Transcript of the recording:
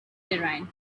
terrain